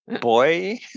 boy